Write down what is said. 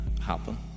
happen